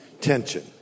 tension